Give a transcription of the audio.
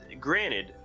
Granted